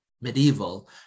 medieval